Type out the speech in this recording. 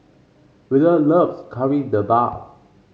wheeler loves Kari Debal